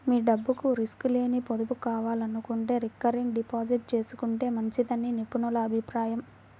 మీ డబ్బుకు రిస్క్ లేని పొదుపు కావాలనుకుంటే రికరింగ్ డిపాజిట్ చేసుకుంటే మంచిదని నిపుణుల అభిప్రాయం